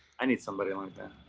i need somebody like that.